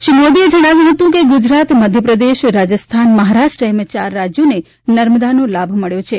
શ્રી મોદીએ જણાવ્યું હતું કે ગુજરાત મધ્યપ્રદેશ રાજસ્થાન મહારાષ્ટ્ર એમ ચાર રાજ્યોને નર્મદાનો લાભ મળ્યો છે